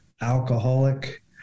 alcoholic